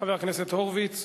חבר הכנסת ניצן הורוביץ.